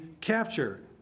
capture